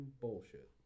bullshit